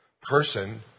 person